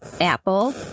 Apple